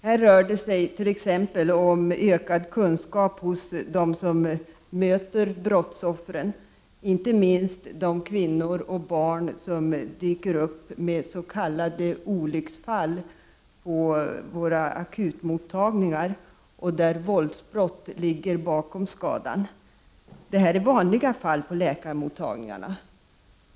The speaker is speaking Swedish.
Det rör sig om exempelvis ökad kunskap hos dem som möter brottsoffren, inte minst hos de kvinnor och barn som dyker upp som s.k. olycksfall på våra akutmottagningar med skador som orsakats av våld. Sådana fall är mycket vanliga på läkarmottagningarna.